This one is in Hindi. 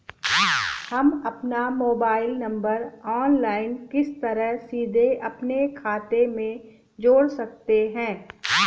हम अपना मोबाइल नंबर ऑनलाइन किस तरह सीधे अपने खाते में जोड़ सकते हैं?